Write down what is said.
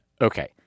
Okay